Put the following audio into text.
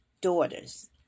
daughters